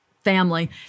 Family